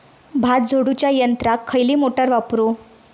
भात झोडूच्या यंत्राक खयली मोटार वापरू?